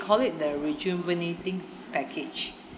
call it the rejuvenating package